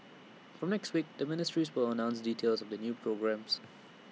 from next week the ministries will announce details of the new programmes